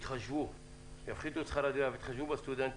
את שכר הדירה ויתחשבו בסטודנטים,